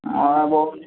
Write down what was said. ହଁ ବହୁତ